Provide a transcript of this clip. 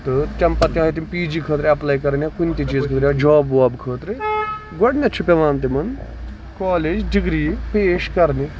تہٕ تَمہِ پَتہٕ تِم پی جی خٲطرٕ ایپلاے کران یا کُنہِ تہِ چیٖز خٲطرٕ جاب واب خٲطرٕ گۄڈٕنیتھ چھُ پیوان تِمن کالیج ڈِگری پیش کرنہِ